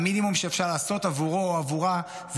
המינימום שאפשר לעשות עבורו או עבורה הוא